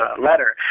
ah letter.